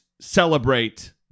celebrate